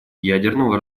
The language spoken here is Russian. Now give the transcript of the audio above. ядерного